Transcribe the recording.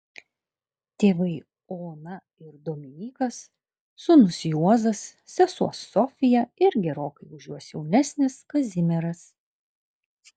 tėvai ona ir dominykas sūnus juozas sesuo sofija ir gerokai už juos jaunesnis kazimieras